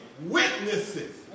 witnesses